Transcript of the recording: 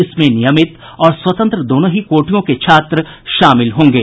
इसमें नियमित और स्वतंत्र दोनों ही कोटियों के छात्र शामिल होंगे